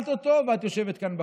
קיבלת אותו ואת יושבת כאן בכנסת?